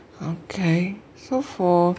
okay so for